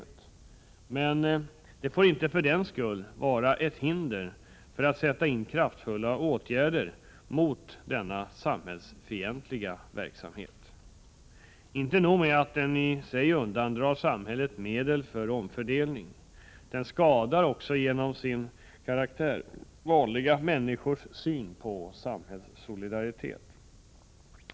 Men, herr talman, detta får inte för den skull vara ett hinder för att sätta in kraftfulla åtgärder mot denna samhällsfientliga verksamhet. Inte nog med att den ii sig undandrar samhället medel för omfördelning, den skadar genom sin karaktär vanliga människors syn på samhällssolidaritet.